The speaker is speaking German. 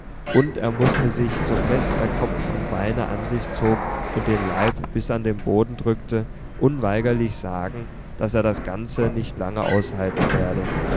und er mußte sich so fest er kopf und beine an sich zog und den leib bis an den boden drückte unweigerlich sagen daß er das ganze nicht lange aushalten werde